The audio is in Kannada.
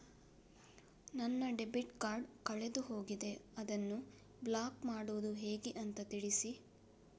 ನನ್ನ ಡೆಬಿಟ್ ಕಾರ್ಡ್ ಕಳೆದು ಹೋಗಿದೆ, ಅದನ್ನು ಬ್ಲಾಕ್ ಮಾಡುವುದು ಹೇಗೆ ಅಂತ ತಿಳಿಸಿ?